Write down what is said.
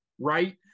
right